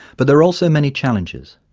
but there are also many challenges.